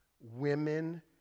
women